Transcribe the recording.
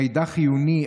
מידע חיוני,